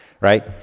Right